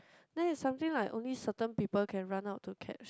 then is something like only certain people can run out to catch